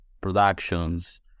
productions